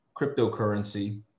cryptocurrency